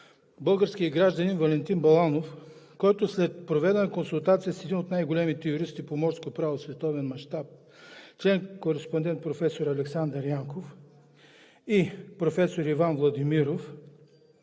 българският гражданин Валентин Баланов, който след проведена консултация с един от най-големите юристи по морско право в световен мащаб – член-кореспондент професор Александър Янков и професор Иван Владимиров,